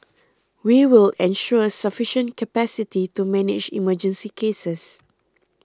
we will ensure sufficient capacity to manage emergency cases